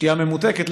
שתייה ממותקת,